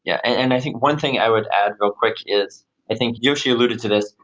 yeah. and i think one thing i would add real quick is i think yoshi alluded to this.